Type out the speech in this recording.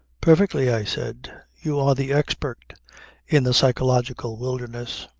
perfectly, i said. you are the expert in the psychological wilderness.